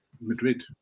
Madrid